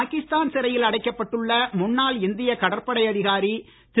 பாகிஸ்தான் சிறையில் அடைக்கப்பட்டுள்ள முன்னாள் இந்திய கடற்படை அதிகாரி திரு